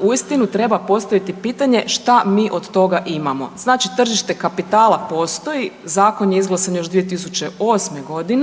uistinu treba postaviti pitanje šta mi od toga imamo? Znači tržište kapitala postoji zakon je izglasan još 2008.g.